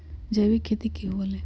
जैविक खेती की हुआ लाई?